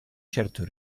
certo